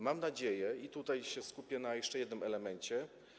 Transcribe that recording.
Mam nadzieję, i tutaj skupię się na jeszcze jednym elemencie.